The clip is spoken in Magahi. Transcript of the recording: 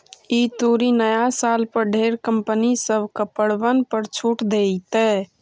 ई तुरी नया साल पर ढेर कंपनी सब कपड़बन पर छूट देतई